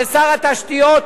ששר התשתיות,